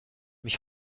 mich